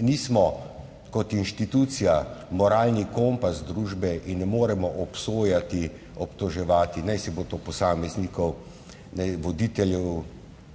nismo kot inštitucija moralni kompas družbe in ne moremo obsojati, obtoževati, najsibo posameznike, voditelje,